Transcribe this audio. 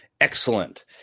excellent